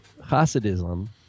Hasidism